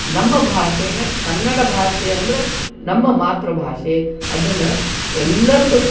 ನಮ್ಮ ಭಾಷೆನ ಕನ್ನಡ ಭಾಷೆ ಅಂದರೆ ನಮ್ಮ ಮಾತೃ ಭಾಷೆ ಅದನ್ನು ಎಲ್ಲರದ್ದು